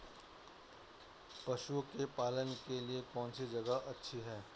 पशुओं के पालन के लिए कौनसी जगह अच्छी है?